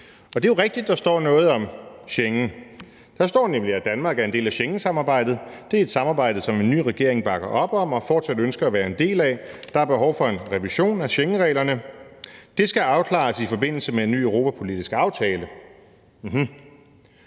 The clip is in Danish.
og det er jo rigtigt, at der står noget om Schengen. Der står nemlig: »Danmark er en del af Schengen-samarbejdet. Det er et samarbejde, som en ny regering bakker op om, og fortsat ønsker at være en del af. Der er behov for en revision af Schengen-reglerne. Det skal afklares i forbindelse med en ny Europa-politisk aftale.«